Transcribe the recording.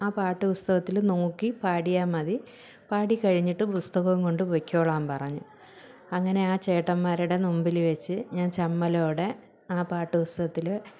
ആ പാട്ടുപുസ്തകത്തിൽ നോക്കി പാടിയാൽ മതി പാടിക്കഴിഞ്ഞിട്ട് പുസ്തകവും കൊണ്ട് പൊയ്ക്കോളാൻ പറഞ്ഞു അങ്ങനെ ആ ചേട്ടന്മാരുടെ മുമ്പിൽവെച്ച് ഞാൻ ചമ്മലോടെ ആ പാട്ടുപുസ്തകത്തിൽ